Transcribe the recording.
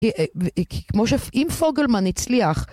כי כמו ש... אם פוגלמן הצליח...